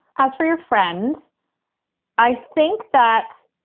house for your friends i think that